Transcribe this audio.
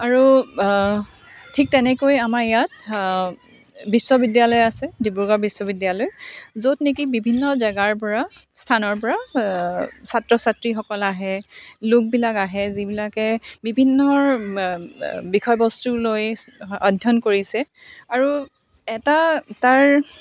আৰু ঠিক তেনেকৈ আমাৰ ইয়াত বিশ্ববিদ্যালয় আছে ডিব্ৰুগড় বিশ্ববিদ্যালয় য'ত নেকি বিভিন্ন জাগাৰ পৰা স্থানৰ পৰা ছাত্ৰ ছাত্ৰীসকল আহে লোক বিলাক আহে যিবিলাকে বিভিন্ন বিষয় বস্তু লৈ অধ্যয়ন কৰিছে আৰু এটা তাৰ